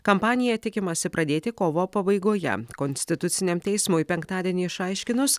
kampaniją tikimasi pradėti kovo pabaigoje konstituciniam teismui penktadienį išaiškinus